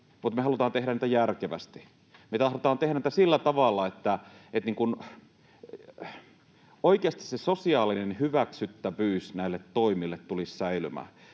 mutta me halutaan tehdä niitä järkevästi. Me tahdotaan tehdä niitä sillä tavalla, että oikeasti se sosiaalinen hyväksyttävyys näille toimille tulisi säilymään.